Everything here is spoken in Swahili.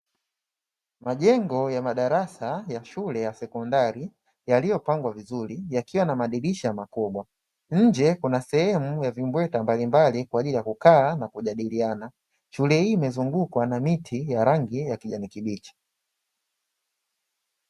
Majengo ya madarasa ya shule ya sekondari yaliyopangwa vizuri, yakiwa na madirisha makubwa. Nje kuna sehemu ya vimbweta mbalimbali kwa ajili ya kukaa na kujadiliana. Shule hii imezungukwa na miti ya rangi ya kijani kibichi.